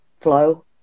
flow